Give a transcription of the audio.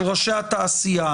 של ראשי התעשייה,